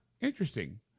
Interesting